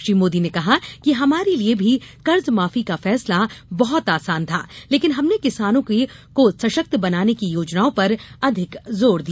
श्री मोदी ने कहा कि हमारे लिए भी कर्जमाफी का फैसला बहुत आसान था लेकिन हमने किसानों के सषक्त बनाने की योजनाओं पर अधिक जोर दिया